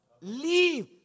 leave